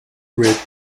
red